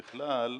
ככלל,